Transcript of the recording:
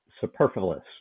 superfluous